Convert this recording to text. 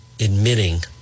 admitting